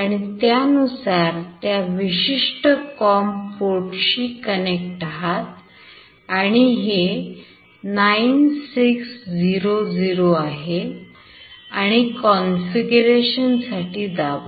आणि त्यानुसार त्या विशिष्ट कॉम पोर्टशी कनेक्ट आहात आणि हे 9600 आहे आणि कॉन्फिगरेशनसाठी दाबा